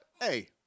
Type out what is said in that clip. hey